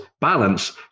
balance